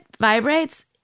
vibrates